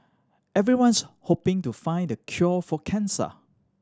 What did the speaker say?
everyone's hoping to find the cure for cancer